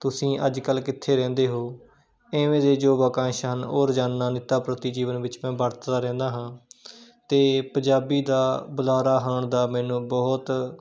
ਤੁਸੀਂ ਅੱਜ ਕੱਲ੍ਹ ਕਿੱਥੇ ਰਹਿੰਦੇ ਹੋ ਇਵੇਂ ਦੇ ਜੋ ਵਾਕੰਸ਼ ਹਨ ਉਹ ਰੋਜ਼ਾਨਾ ਨਿਤਾ ਪ੍ਰਤੀ ਜੀਵਨ ਵਿੱਚ ਮੈਂ ਵਰਤਦਾ ਰਹਿੰਦਾ ਹਾਂ ਅਤੇ ਪੰਜਾਬੀ ਦਾ ਬੁਲਾਰਾ ਹੋਣ ਦਾ ਮੈਨੂੰ ਬਹੁਤ